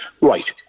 right